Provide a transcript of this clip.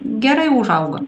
gerai užauga